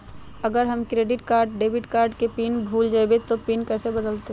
अगर हम क्रेडिट बोया डेबिट कॉर्ड के पिन भूल जइबे तो पिन कैसे बदलते?